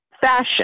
fashion